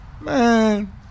Man